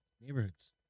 neighborhoods